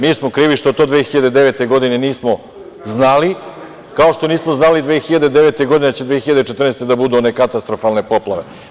Mi smo krivi što to 2009. godine nismo znali, kao što nismo znali 2009. godine da će 2014. godine da budu one katastrofalne poplave.